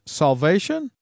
salvation